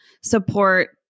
support